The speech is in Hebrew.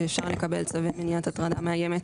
שאפשר לקבל צווי מניעת הטרדה מאיימת,